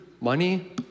money